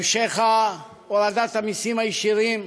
המשך הורדת המסים הישירים.